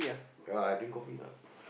oh I drink coffee lah